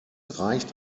reicht